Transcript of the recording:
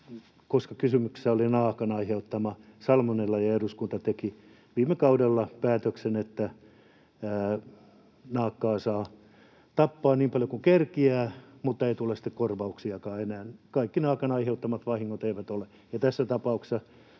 koska kysymyksessä oli naakan aiheuttama salmonella ja eduskunta teki viime kaudella päätöksen, että naakkaa saa tappaa niin paljon kuin kerkeää, mutta ei tule sitten korvauksiakaan enää. Mitkään naakan aiheuttamat vahingot eivät ole korvattavia. Ja